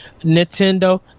Nintendo